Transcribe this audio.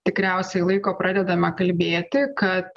tikriausiai laiko pradedame kalbėti kad